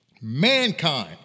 mankind